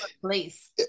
place